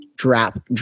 drop